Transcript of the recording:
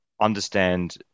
understand